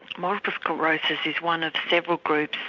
multiple sclerosis is one of several groups